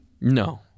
No